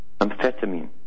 amphetamine